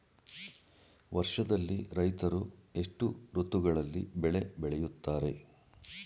ವರ್ಷದಲ್ಲಿ ರೈತರು ಎಷ್ಟು ಋತುಗಳಲ್ಲಿ ಬೆಳೆ ಬೆಳೆಯುತ್ತಾರೆ?